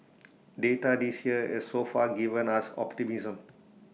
data this year has so far given us optimism